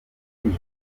mbona